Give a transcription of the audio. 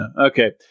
Okay